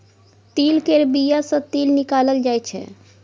तिल केर बिया सँ तेल निकालल जाय छै